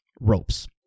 ropes